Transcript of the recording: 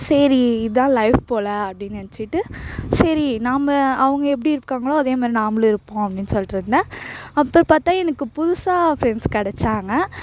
சரி இதான் லைஃப் போல அப்டின்னு நெனைச்சிட்டு சரி நம்ப அவங்க எப்படி இருக்காங்களோ அதேமாதிரி நம்பளும் இருப்போம் அப்டின்னு சொல்லிட்ருந்தேன் அப்போ பார்த்தா எனக்கு புதுசாக ஃப்ரெண்ட்ஸ் கிடைச்சாங்க